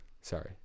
sorry